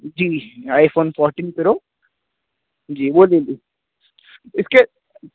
جی iPhone fourteen pro جی وہ لے لیجیے اس کے